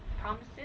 promises